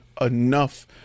enough